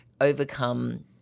overcome